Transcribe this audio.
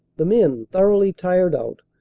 the men, thoroughly tired out,